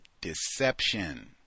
deception